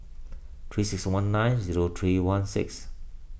three six one nine zero three one six